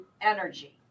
Energy